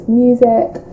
music